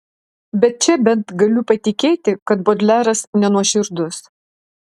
bet čia bent galiu patikėti kad bodleras nenuoširdus